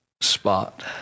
spot